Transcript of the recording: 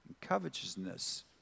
covetousness